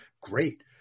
great